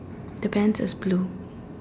the pants has blue